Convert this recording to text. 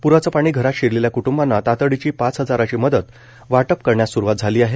प्राचे पाणी घरात शिरलेल्या कूटुंबांना तातडीची पाच हजाराची मदत वाटप करण्यास सुरूवात झाली आहे